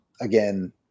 again